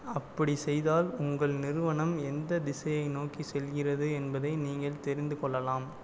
அப்படி செய்தால் உங்கள் நிறுவனம் எந்த திசையை நோக்கி செல்கிறது என்பதை நீங்கள் தெரிந்துகொள்ளலாம்